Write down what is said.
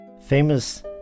famous